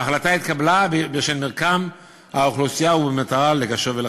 וההחלטה התקבלה בשל מרקם האוכלוסייה ובמטרה לגשר ולחבר.